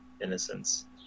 innocence